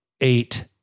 eight